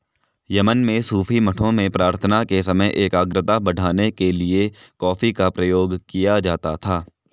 Yemen में सूफी मठों में प्रार्थना के समय एकाग्रता बढ़ाने के लिए कॉफी का प्रयोग किया जाता था